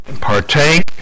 partake